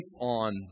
on